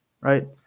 right